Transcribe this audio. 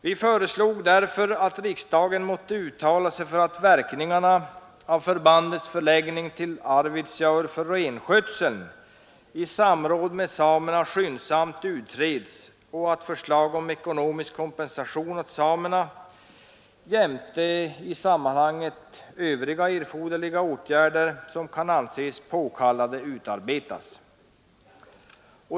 Vi föreslog därför att riksdagen måtte uttala sig för att verkningarna av förbandets förläggning till Arvidsjaur för renskötseln i samråd med samerna skyndsamt utreds och förslag om ekonomisk kompensation åt samerna jämte övriga i sammanhanget erforderliga åtgärder, som kan anses påkallade, utarbetas.